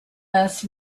less